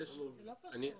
קושניר,